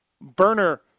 Burner